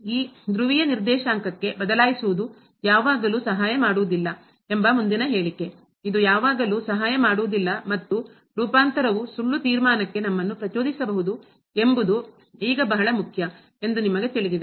ಈ ಧ್ರುವೀಯ ನಿರ್ದೇಶಾಂಕಕ್ಕೆ ಬದಲಾಯಿಸುವುದು ಯಾವಾಗಲೂ ಸಹಾಯ ಮಾಡುವುದಿಲ್ಲ ಎಂಬ ಮುಂದಿನ ಹೇಳಿಕೆ ಇದು ಯಾವಾಗಲೂ ಸಹಾಯ ಮಾಡುವುದಿಲ್ಲ ಮತ್ತು ರೂಪಾಂತರವು ಸುಳ್ಳು ತೀರ್ಮಾನಕ್ಕೆ ನಮ್ಮನ್ನು ಪ್ರಚೋದಿಸಬಹುದು ಎಂಬುದು ಈಗ ಬಹಳ ಮುಖ್ಯ ಎಂದು ನಿಮಗೆ ತಿಳಿದಿದೆ